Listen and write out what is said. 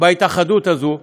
בהתאחדות הזאת,